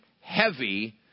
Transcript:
heavy